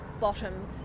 bottom